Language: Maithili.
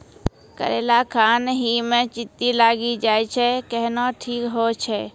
करेला खान ही मे चित्ती लागी जाए छै केहनो ठीक हो छ?